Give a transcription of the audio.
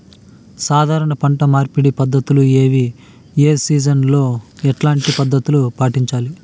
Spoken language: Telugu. సాధారణ పంట మార్పిడి పద్ధతులు ఏవి? ఏ సీజన్ లో ఎట్లాంటి పద్ధతులు పాటించాలి?